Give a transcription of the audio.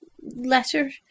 letter